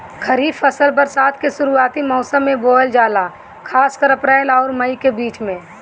खरीफ फसल बरसात के शुरूआती मौसम में बोवल जाला खासकर अप्रैल आउर मई के बीच में